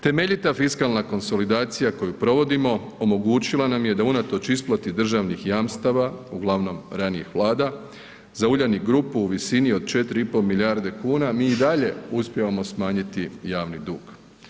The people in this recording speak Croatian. Temeljita fiskalna konsolidacija koju provodimo omogućila nam je da unatoč isplati državnih jamstava, uglavnom ranijih vlada, za Uljanik grupu u visini od 4,5 milijarde kuna mi i dalje uspijevamo smanjiti javni dug.